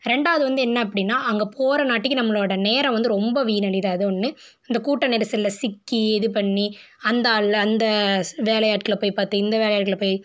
ரெண்டாவது வந்து என்ன அப்படின்னா அங்கே போகிறனாட்டிக்கி நம்மளோட நேரம் வந்து ரொம்ப வீண் அடையது அது ஒன்று அந்த கூட்ட நெரிசலில் சிக்கி இது பண்ணி அந்தால அந்த சு வேலையாட்களை போய் பார்த்து இந்த வேலையாட்களை போய்